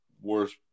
worst